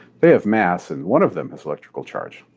they have mass, and one of them has electrical charge.